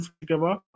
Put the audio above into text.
together